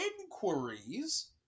inquiries